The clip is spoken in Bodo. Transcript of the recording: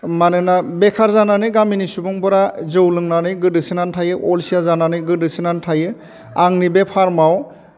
मानोना बेखार जानानै गामिनि सुबुंफोरा जौ लोंनानै गोदोसोनानै थायो अलसिया जानानै गोदोसोनानै थायो आंनि बे फार्मआव